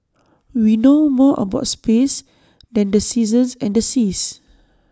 we know more about space than the seasons and the seas